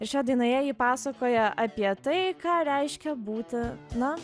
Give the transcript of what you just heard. šioje dainoje ji pasakoja apie tai ką reiškia būti na